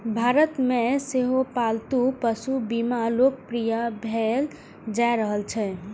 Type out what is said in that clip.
भारत मे सेहो पालतू पशु बीमा लोकप्रिय भेल जा रहल छै